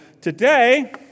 today